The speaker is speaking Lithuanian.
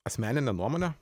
asmeninė nuomonė